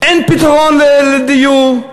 אין פתרון לדיור.